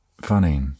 Funny